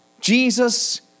Jesus